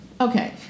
Okay